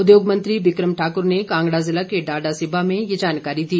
उद्योग मंत्री बिक्रम ठाकुर ने कांगड़ा जिला के डाडासीबा में ये जानकारी दी